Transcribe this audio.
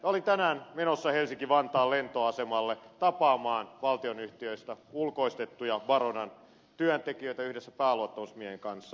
olin tänään menossa helsinki vantaan lentoasemalle tapaamaan valtionyhtiöistä ulkoistettuja baronan työntekijöitä yhdessä pääluottamusmiehen kanssa